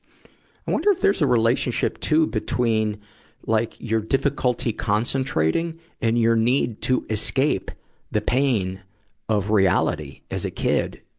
i wonder if there's a relationship, too, between like your difficulty concentrating and your need to escape the pain of reality as a kid.